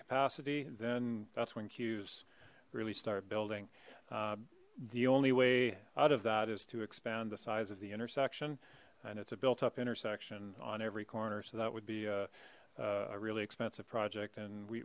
capacity then that's when queues really start building the only way out of that is to expand the size of the intersection and it's a built up intersection on every corner so that would be a really expensive project and